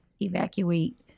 Evacuate